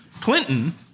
Clinton